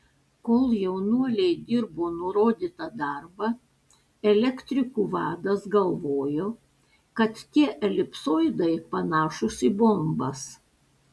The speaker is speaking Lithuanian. kol jaunuoliai dirbo nurodytą darbą elektrikų vadas galvojo kad tie elipsoidai panašūs į bombas